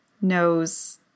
knows